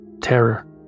terror